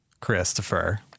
Christopher